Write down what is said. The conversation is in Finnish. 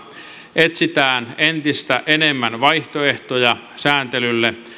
etsitään entistä enemmän vaihtoehtoja sääntelylle